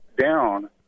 down